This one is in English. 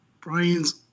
Brian's